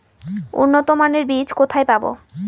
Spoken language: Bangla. উন্নতমানের বীজ কোথায় পাব?